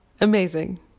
Amazing